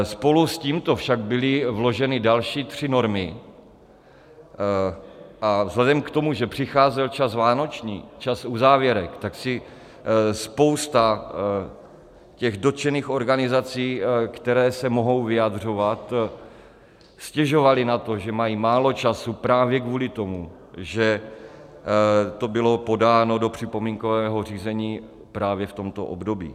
Spolu s tímto však byly vloženy další tři normy, a vzhledem k tomu, že přicházel čas vánoční, čas uzávěrek, si spousta těch dotčených organizací, které se mohou vyjadřovat, stěžovala na to, že mají málo času právě kvůli tomu, že to bylo podáno do připomínkového řízení právě v tomto období.